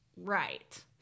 Right